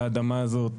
לאדמה הזאת,